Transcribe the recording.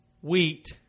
wheat